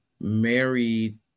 married